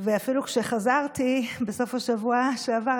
אפילו כשחזרתי בסוף השבוע שעבר,